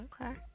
Okay